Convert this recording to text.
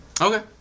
Okay